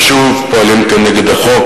ושוב פועלים כנגד החוק,